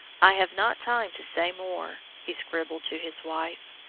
i have not time to say more, he scribbled to his wife,